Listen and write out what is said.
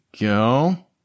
go